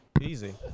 Easy